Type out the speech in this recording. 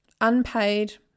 Unpaid